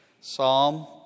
psalm